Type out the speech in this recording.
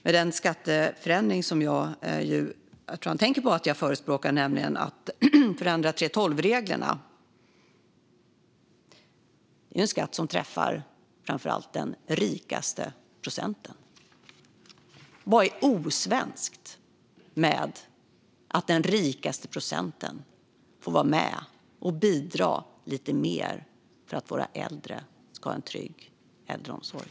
Men den skatteförändring som jag tror att han nu tänker på att jag förespråkar, nämligen att förändra 3:12-reglerna, handlar om en skatt som framför allt träffar den rikaste procenten. Vad är osvenskt, Niklas Wykman, med att den rikaste procenten får vara med och bidra lite mer för att våra äldre ska ha en trygg äldreomsorg?